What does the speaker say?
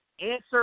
Answer